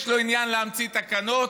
יש לו עניין להמציא תקנות?